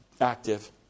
active